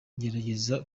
ngerageza